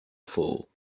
fool